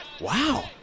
Wow